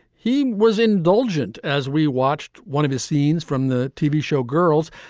he was indulgent as we watched one of his scenes from the tv show girls.